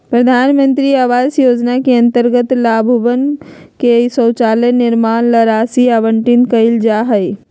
प्रधान मंत्री आवास योजना के अंतर्गत लाभुकवन के शौचालय निर्माण ला भी राशि आवंटित कइल जाहई